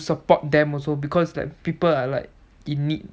to support them also because like people are like in need